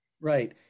Right